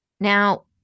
Now